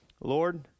Lord